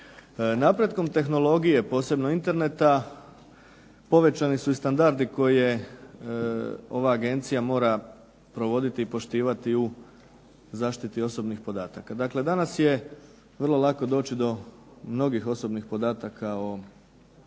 Napretkom tehnologije posebno Interneta povećani su i standardi koje ova agencija mora provoditi i poštivati u zaštititi osobnih podataka. Dakle danas je vrlo lako doći do mnogih osobnih podatka o